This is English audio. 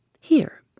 Here